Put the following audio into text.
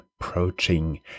approaching